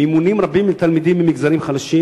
מימונים רבים לתלמידים ממגזרים חלשים